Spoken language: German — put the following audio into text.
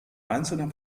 einzelner